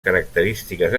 característiques